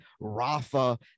Rafa